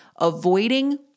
Avoiding